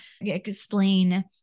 explain